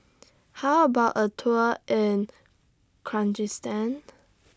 How about A Tour in Kyrgyzstan